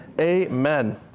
amen